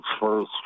first